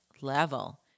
level